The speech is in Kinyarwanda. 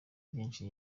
byinshi